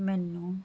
ਮੈਨੂੰ